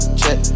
check